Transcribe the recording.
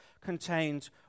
contained